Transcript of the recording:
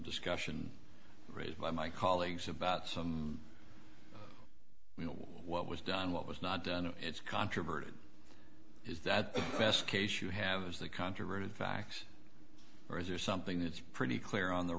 discussion raised by my colleagues about some what was done what was not done and it's controverted is that best case you have as the controverted facts or something it's pretty clear on the